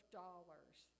dollars